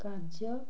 କାର୍ଯ୍ୟ